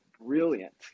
brilliant